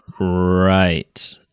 Right